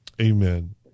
Amen